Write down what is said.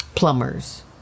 plumbers